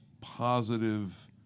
positive